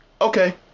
Okay